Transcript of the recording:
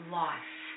life